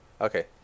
Okay